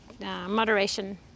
moderation